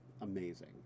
amazing